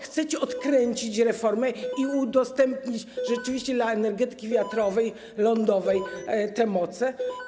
Chcecie odkręcić reformę i udostępnić rzeczywiście dla energetyki wiatrowej, lądowej te moce?